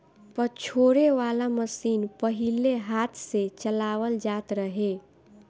पछोरे वाला मशीन पहिले हाथ से चलावल जात रहे